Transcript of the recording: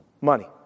Money